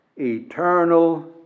eternal